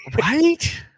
right